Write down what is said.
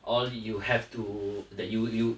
all you have to that you you